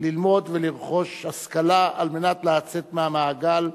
ללמוד ולרכוש השכלה על מנת לצאת מהמעגל.